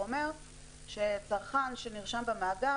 הוא אומר שצרכן שנרשם במאגר,